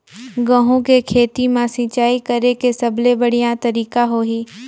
गंहू के खेती मां सिंचाई करेके सबले बढ़िया तरीका होही?